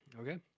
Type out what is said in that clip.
okay